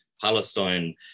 Palestine